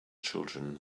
children